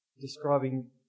describing